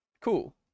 Cool